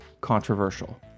controversial